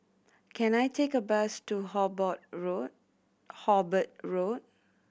can I take a bus to Hobart Road